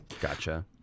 Gotcha